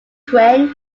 twin